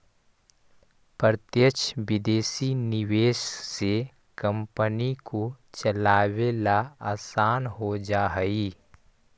प्रत्यक्ष विदेशी निवेश से कंपनी को चलावे ला आसान हो जा हई